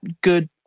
good